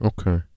Okay